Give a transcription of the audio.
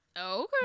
Okay